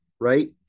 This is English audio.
right